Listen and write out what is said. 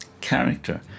character